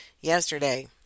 yesterday